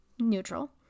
neutral